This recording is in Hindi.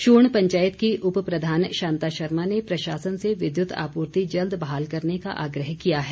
शूण पंचायत की उपप्रधान शांता शर्मा ने प्रशासन से विद्युत आपूर्ति जल्द बहाल करने का आग्रह किया है